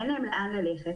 אין להם לאן ללכת.